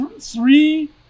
three